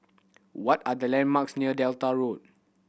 what are the landmarks near Delta Road